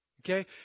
okay